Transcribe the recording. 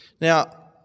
Now